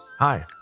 Hi